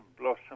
blossom